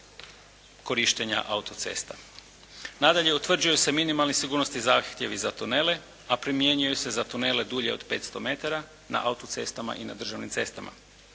korištenja autocesta. Nadalje, utvrđuju se minimalni sigurnosni zahtjevi za tunele, a primjenjuju se za tunele dulje od 500 metara na autocestama i na državnim cestama.